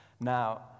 Now